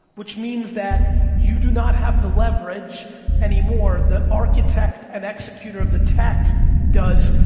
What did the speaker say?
which means that you do not have the leverage anymore, the architect and executor of the tech does,